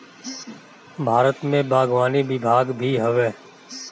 भारत में बागवानी विभाग भी हवे